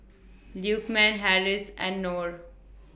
Lukman Harris and Nor